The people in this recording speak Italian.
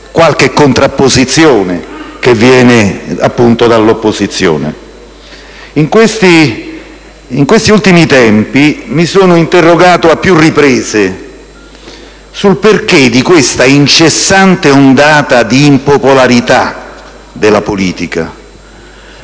qualche considerazione critica da parte dell'opposizione. In questi ultimi tempi mi sono interrogato a più riprese sul perché di questa incessante ondata di impopolarità della politica,